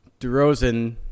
DeRozan